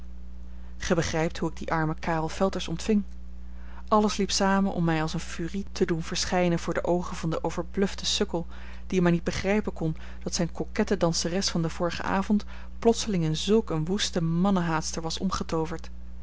gij begrijpt hoe ik dien armen karel felters ontving alles liep samen om mij als eene furie te doen verschijnen voor de oogen van den overbluften sukkel die maar niet begrijpen kon dat zijne coquette danseres van den vorigen avond plotseling in zulk eene woeste mannenhaatster was omgetooverd